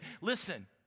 listen